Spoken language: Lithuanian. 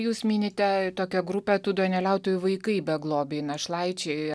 jūs minite tokia grupė tu duoneliautojai vaikai beglobiai našlaičiai